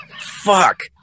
Fuck